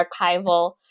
archival